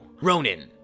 Ronan